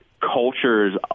cultures